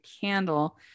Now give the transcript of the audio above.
candle